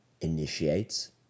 initiates